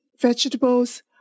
vegetables